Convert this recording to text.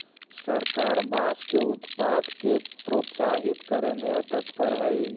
सरकार बाँस के उत्पाद के प्रोत्साहित करे में तत्पर हइ